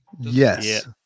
Yes